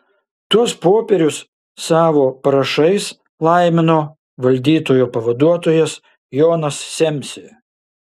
tuos popierius savo parašais laimino valdytojo pavaduotojas jonas semsė